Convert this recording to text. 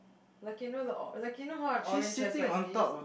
like you know the or~ like you know how an orange has like leaves